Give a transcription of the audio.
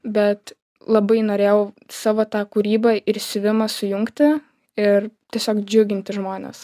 bet labai norėjau savo tą kūrybą ir siuvimą sujungti ir tiesiog džiuginti žmones